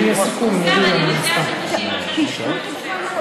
אם יהיה סיכום, הוא יגיד לנו,